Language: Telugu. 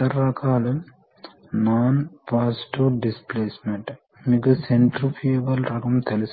కాబట్టి కరెంట్ను మార్చడం ద్వారా మీరు ఫోర్స్